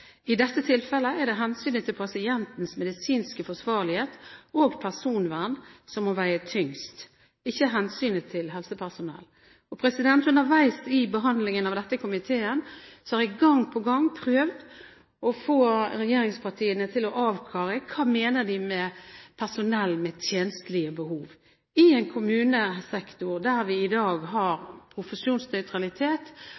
I dette tilfellet er det hensynet til den medisinske forsvarlighet når det gjelder pasienten, og pasientens personvern som må veie tyngst, ikke hensynet til helsepersonell. Underveis i behandlingen av dette i komiteen har jeg gang på gang prøvd å få regjeringspartiene til å avklare: Hva mener de med personell med «tjenstlige behov» – i en kommunesektor der vi i dag